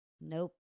nope